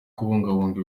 kubungabunga